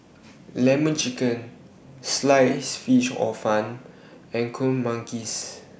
Lemon Chicken Sliced Fish Hor Fun and Kuih Manggis